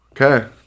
okay